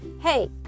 hey